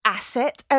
Asset